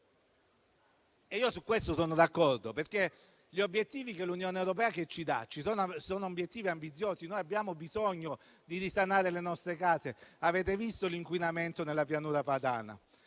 io su questo sono d'accordo, perché gli obiettivi che l'Unione europea ci dà sono ambiziosi: abbiamo bisogno di risanare le nostre case. Avete visto l'inquinamento nella Pianura padana.